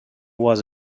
was